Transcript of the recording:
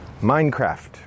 Minecraft